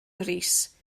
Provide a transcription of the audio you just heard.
rees